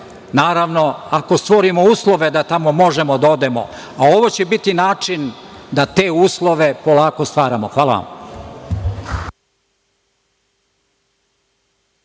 naravno, ako stvorimo uslove da tamo možemo da odemo, a ovo će biti način da te uslove polako stvaramo. Hvala vam.